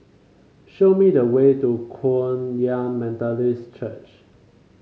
show me the way to Kum Yan Methodist Church